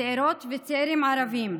צעירות וצעירים ערבים,